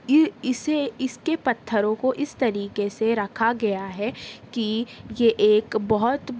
اسے اس کے پتھروں کو اس طریقے سے رکھا گیا ہے کہ یہ ایک بہت